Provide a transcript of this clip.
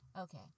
Okay